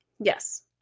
Yes